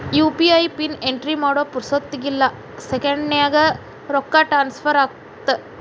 UPI pin entry ಮಾಡೋ ಪುರ್ಸೊತ್ತಿಗಿಲ್ಲ ಸೆಕೆಂಡ್ಸ್ನ್ಯಾಗ ರೊಕ್ಕ ಟ್ರಾನ್ಸ್ಫರ್ ಆಗತ್ತ